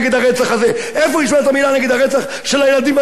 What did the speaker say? איפה השמעת מלה נגד הרצח של הילדים והתינוקות בסוריה,